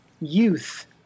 youth